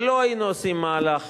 ולא היינו עושים מהלך